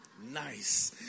nice